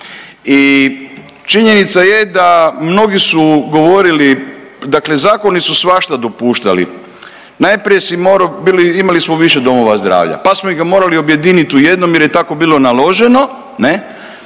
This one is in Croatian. I činjenica je da, mnogi su govorili, dakle zakoni su svašta dopuštali, najprije si morao, imali smo više domova zdravlja pa smo ih ga morali objediniti u jednom jer je tako bilo naloženo,